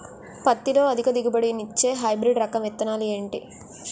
పత్తి లో అధిక దిగుబడి నిచ్చే హైబ్రిడ్ రకం విత్తనాలు ఏంటి